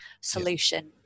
solution